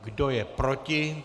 Kdo je proti?